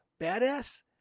Badass